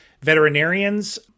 veterinarians